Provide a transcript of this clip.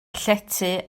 llety